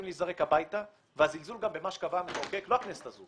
להיזרק הביתה וגם זלזול במה שקבע המחוקק - לא הכנסת הזו